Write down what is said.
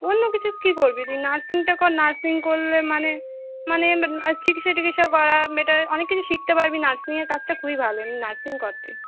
অন্য কিছু কি করবি তুই নার্সিংটা কর নার্সিং করলে মানে মানে চিকিৎসা টিকিৎসা করা বেটার অনেক কিছু শিখতে পারবি নার্সিং এর কাজটা খুবই ভালো নার্সিং কর তুই